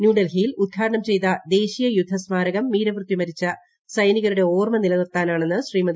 ന്യൂഡൽഹിയിൽ ഉദ്ഘാടനം ചെയ്ത ദേശീയ യുദ്ധ സ്മാരകം വീരമൃത്യു വരിച്ച സൈനികരുടെ ഓർമ്മ നിലനിർത്താനാണെന്ന് ശ്രീമതി